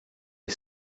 est